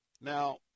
Now